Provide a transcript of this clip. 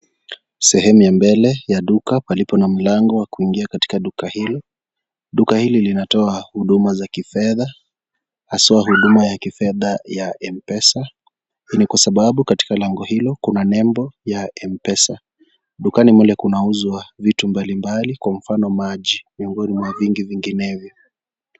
Sehemu ya mbele ya duka palipo na mlango wa kuingia katika duka hilo. Duka hili linatoa huduma za kifedha, hasa huduma ya kifedha ya Mpesa. Hii ni kwa sababu, katika lango hilo kuna nembo ya Mpesa. Dukani mle kunauzwa vitu mbalimbali kwa mfano, maji miongoni mwa vingi vinginevyo.